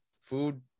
food